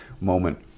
moment